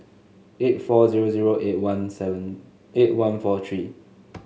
eight four zero zero eight one seven eight one four three